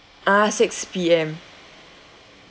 ah six P_M